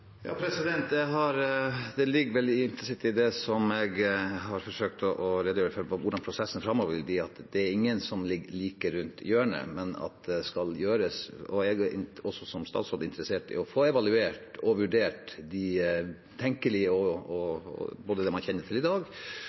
Det ligger vel implisitt i det jeg har forsøkt å redegjøre for om hvordan prosessen framover vil bli, at det ikke ligger noen like rundt hjørnet, men at det skal gjøres. Jeg er også som statsråd interessert i å få evaluert og vurdert både det man kjenner til i dag,